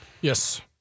Yes